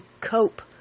cope